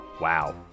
Wow